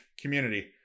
community